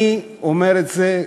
אני, אומר את זה,